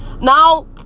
Now